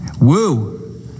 Woo